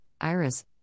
Iris